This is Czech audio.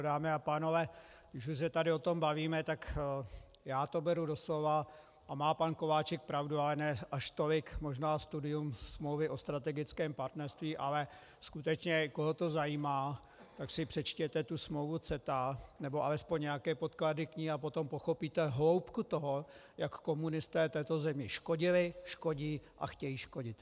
Dámy a pánové, když už se tady o tom bavíme, tak já to beru doslova, a má pan Kováčik pravdu, ale ne až tolik, možná studium smlouvy o strategickém partnerství, ale skutečně koho to zajímá, tak si přečtěte tu smlouvu CETA, nebo alespoň nějaké podklady k ní, a potom pochopíte hloubku toho, jak komunisté této zemi škodili, škodí a chtějí škodit.